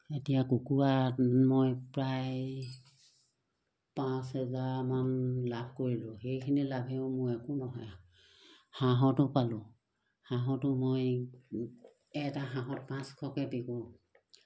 এতিয়া কুকুৰা মই প্ৰায় পাঁচ হেজাৰমান লাভ কৰিলোঁ সেইখিনি লাভেও মোৰ একো নহয় হাঁহতো পালোঁ হাঁহতো মই এটা হাঁহত পাঁচশকৈ বিকোঁ